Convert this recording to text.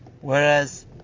Whereas